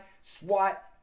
SWAT